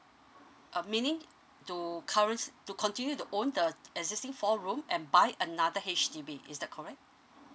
um meaning to currents to continue to own the existing for room and by another H_D_B is the correct mm